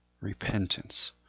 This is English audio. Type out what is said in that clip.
repentance